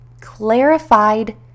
clarified